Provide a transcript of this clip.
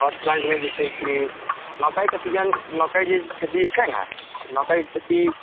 first प्लांटमे जे छै कि मकइके सीजन मकइके जे खेती छै ने मकइ खेती